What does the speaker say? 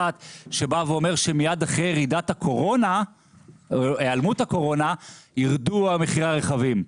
אחת והוא אומר שמיד אחרי היעלמות הקורונה ירדו מחירי הרכבים.